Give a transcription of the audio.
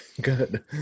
good